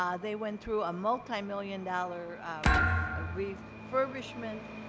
um they went through a multi-million dollar um ah refurbishment.